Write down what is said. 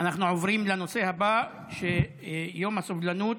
אנחנו עוברים לנושא הבא, ציון יום הסובלנות,